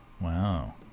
Wow